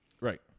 Right